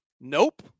Nope